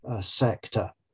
sector